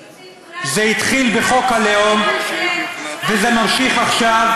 איציק, זה התחיל בחוק הלאום וזה ממשיך עכשיו,